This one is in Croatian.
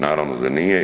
Naravno da nije.